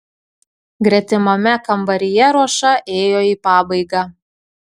gretimame kambaryje ruoša ėjo į pabaigą